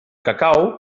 cacau